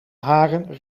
haren